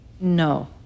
No